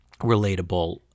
relatable